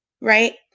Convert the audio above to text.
right